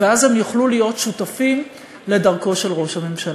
ואז הם יוכלו להיות שותפים לדרכו של ראש הממשלה.